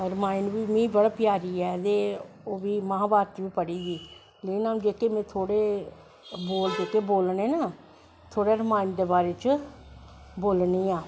रामायन बी बड़ी प्यारी ऐ ते ओह् महाभारत बी पढ़ी दी ते में जेह्ते थोह्ड़े बोल बोलनें नां थोह्ड़े रामायण दे बारे च बोलनी आं